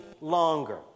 longer